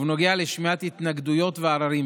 ובנוגע לשמיעת התנגדויות ועררים.